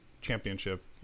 championship